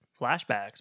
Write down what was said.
flashbacks